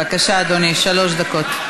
בבקשה, אדוני, שלוש דקות.